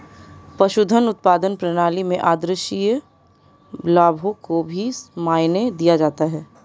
पशुधन उत्पादन प्रणाली में आद्रशिया लाभों को भी मायने दिया जाता है